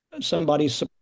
somebody's